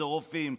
זה רופאים,